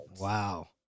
Wow